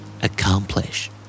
Accomplish